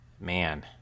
man